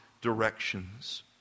directions